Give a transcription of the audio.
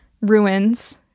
ruins